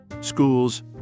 schools